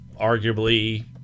arguably